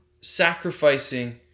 sacrificing